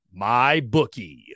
MyBookie